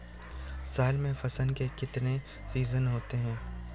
साल में फसल के कितने सीजन होते हैं?